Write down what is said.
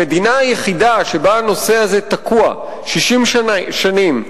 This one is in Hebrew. המדינה היחידה שבה הנושא הזה תקוע 60 שנים,